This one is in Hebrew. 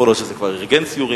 ויכול להיות שזה כבר "ארגן סיורים"